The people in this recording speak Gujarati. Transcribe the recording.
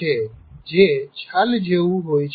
અંગ્રેજી અનુવાદ ઝાડ ની છાલ જે છાલ જેવું હોય છે